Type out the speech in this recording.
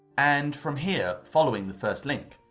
and from here following the first link.